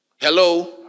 Hello